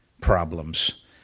problems